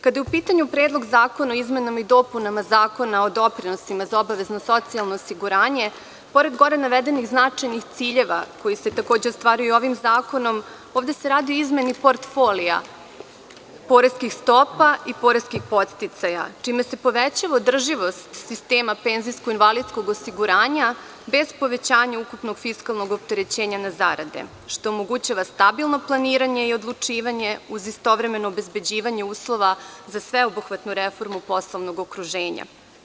Kada je u pitanju Predlog zakona o izmenama i dopunama Zakona o doprinosima za obavezno socijalno osiguranje, pored gore navedenih značajnih ciljeva, koji se takođe ostvaruju ovim zakonom, ovde se radi o izmeni portfolija poreskih stopa i poreskih podsticaja, čime se povećava održivost sistema penzijsko-invalidskog osiguranja bez povećanja ukupnog fiskalnog opterećenja na zarade, što omogućava stabilno planiranje i odlučivanje uz istovremeno obezbeđivanje uslova za sveobuhvatu reformu poslovnog okruženja.